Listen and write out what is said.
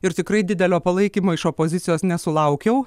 ir tikrai didelio palaikymo iš opozicijos nesulaukiau